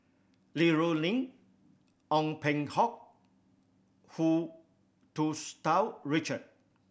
Li Rulin Ong Peng Hock Hu Tsu Tau Richard